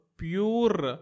pure